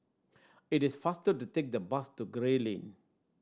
it is faster to take the bus to Gray Lane